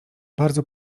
bardzo